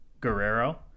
Guerrero